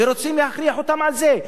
ורוצים להכריח אותם בזה?